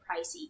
pricey